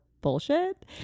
bullshit